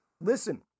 Listen